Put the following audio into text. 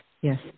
yes